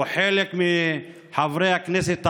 או: חלק מחברי הכנסת הערבים.